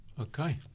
Okay